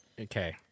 Okay